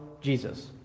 Jesus